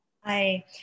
hi